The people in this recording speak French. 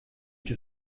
que